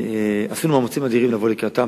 עשינו מאמצים אדירים לבוא לקראתם.